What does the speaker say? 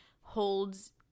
holds